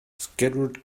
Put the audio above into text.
scattered